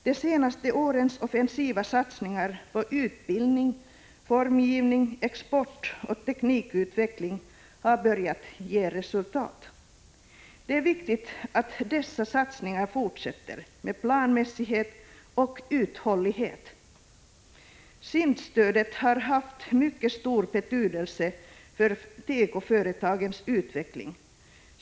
De senaste årens offensiva satsningar på utbildning, formgivning, export och teknikutveckling har börjat ge resultat. Det är viktigt att dessa satsningar fortsätter med planmässighet och uthållighet. SIND-stödet har haft mycket stor betydelse för tekoföretagens utveckling.